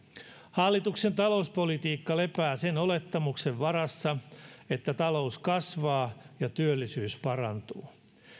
hallituksen talouspolitiikka lepää sen olettamuksen varassa että talous kasvaa ja työllisyys parantuu